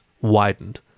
widened